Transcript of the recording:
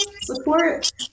support